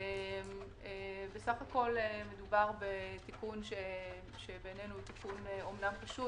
בסך הכול מדובר שבעינינו הוא פשוט,